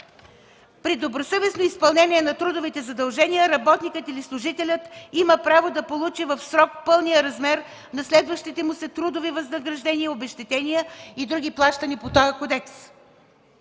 „при добросъвестно изпълнение на трудовите задължения работникът или служителят има право да получи в срок пълния размер на следващите му се трудови възнаграждения, обезщетения и други плащани по този кодекс”.